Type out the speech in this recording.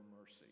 mercy